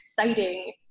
exciting